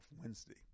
Wednesday